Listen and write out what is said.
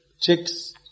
chicks